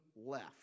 left